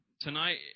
Tonight